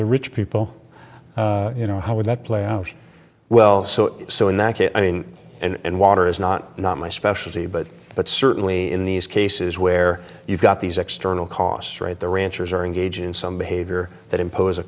the rich people you know how would that play out well so so in that case i mean and water is not not my specialty but but certainly in these cases where you've got these external costs right the ranchers are engaged in some behavior that impose a